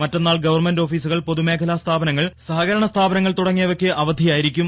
മറ്റന്നാൾ ഗവൺമെന്റ് ഓഫീസുകൾ പൊതുമേഖലാ സ്ഥാപനങ്ങൾ സഹകരണ സ്ഥാപനങ്ങൾ തുടങ്ങിയവയ്ക്ക് അവധിയായിരിക്കും